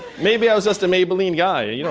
maybe i was just a maybelline guy, you know